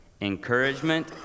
encouragement